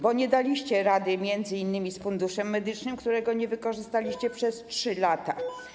Bo nie daliście rady m.in. z Funduszem Medycznym, którego nie wykorzystaliście przez 3 lata.